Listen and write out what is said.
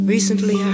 Recently